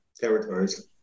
territories